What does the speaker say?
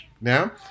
now